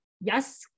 yes